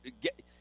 get